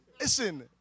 Listen